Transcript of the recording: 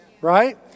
right